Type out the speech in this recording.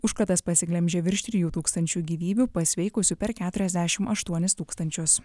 užkratas pasiglemžė virš trijų tūkstančių gyvybių pasveikusių per keturiasdešim aštuonis tūkstančius